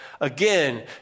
Again